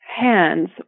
hands